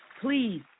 Please